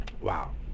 wow